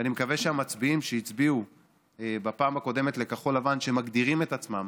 ואני מקווה שהמצביעים שהצביעו בפעם הקודמת לכחול לבן ומגדירים את עצמם